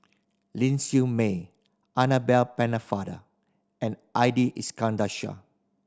Ling Siew May Annabel Pennefather and Ali Iskandar Shah